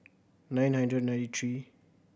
nine hundred ninety three